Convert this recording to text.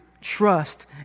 trust